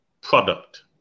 product